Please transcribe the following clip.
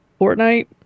Fortnite